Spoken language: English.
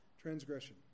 transgression